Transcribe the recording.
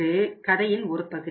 இது கதையின் ஒரு பகுதி